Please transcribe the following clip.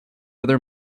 other